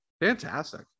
Fantastic